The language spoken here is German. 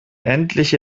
endlich